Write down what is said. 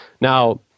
Now